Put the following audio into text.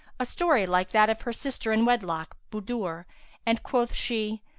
a story like that of her sister in wedlock, budur, and, quoth she,